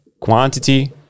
quantity